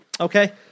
Okay